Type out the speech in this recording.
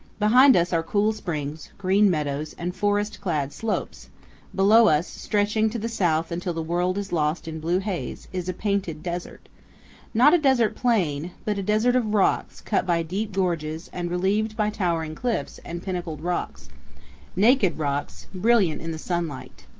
behind us are cool springs, green meadows, and forest-clad slopes below us, stretching to the south until the world is lost in blue haze, is a painted desert not a desert plain, but a desert of rocks cut by deep gorges and relieved by towering cliffs and pinnacled rocks naked rocks, brilliant in the sunlight.